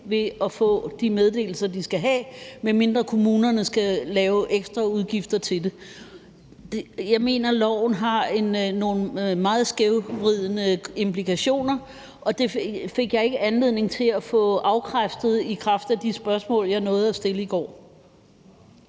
ved at få de meddelelser, de skal have, medmindre kommunerne skal have ekstraudgifter til det. Jeg mener, lovforslaget har nogle meget skævvridende implikationer, og det fik jeg ikke anledning til at få afkræftet i kraft i de spørgsmål, jeg nåede at stille i går.